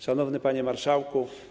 Szanowny Panie Marszałku!